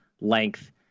length